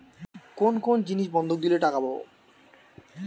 কোন কোন জিনিস বন্ধক দিলে টাকা পাব?